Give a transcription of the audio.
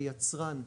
היצרן מסמן,